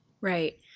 Right